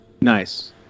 Nice